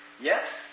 Yes